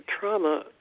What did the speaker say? trauma